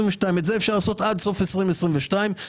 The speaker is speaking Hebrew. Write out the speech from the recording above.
את זה אפשר לעשות עד סוף שנת 2022 כפי